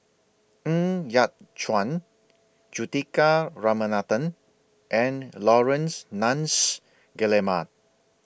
Ng Yat Chuan Juthika Ramanathan and Laurence Nunns Guillemard